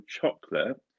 chocolate